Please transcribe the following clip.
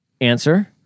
Answer